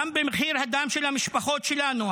גם במחיר הדם של המשפחות שלנו,